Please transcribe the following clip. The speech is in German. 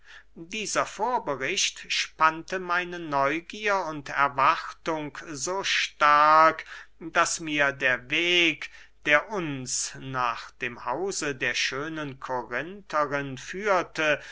dieser vorbericht spannte meine neugier und erwartung so stark daß mir der weg der uns nach dem hause der schönen korintherin führte